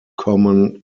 common